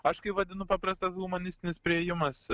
aš kai vadinu paprastas humanistinis priėjimas